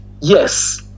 Yes